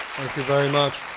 you very much.